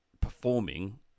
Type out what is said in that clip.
performing